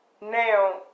Now